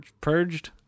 purged